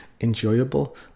enjoyable